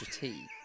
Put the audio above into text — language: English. tea